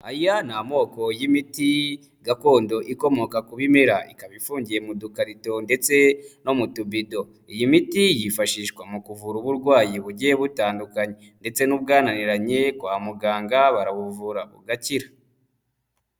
Aya ni amoko y'imiti gakondo ikomoka ku bimera, ikaba ifungiye mu dukarito ndetse no mu tubido, iyi miti yifashishwa mu kuvura uburwayi bugiye butandukanye ndetse n'ubwananiranye kwa muganga barabuvura bugakira.